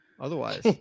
Otherwise